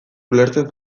ulertzen